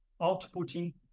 outputting